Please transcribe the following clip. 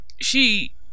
She